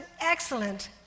excellent